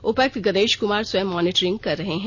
उपायुक्त गणेश कुमार स्वयं मॉनिटरिंग कर रहे हैं